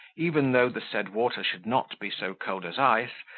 even though the said water should not be so cold as ice,